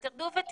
אבל תרדו ותראו,